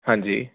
ਹਾਂਜੀ